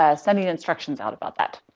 ah sending instructions out about that.